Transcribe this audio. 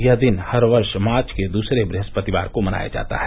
यह दिन हर वर्ष मार्च के दूसरे बृहस्पतिवार को मनाया जाता है